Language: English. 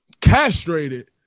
castrated